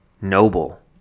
noble